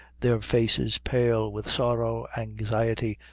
their faces pale with sorrow, anxiety,